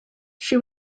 she